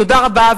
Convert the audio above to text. תודה רבה,